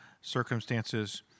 circumstances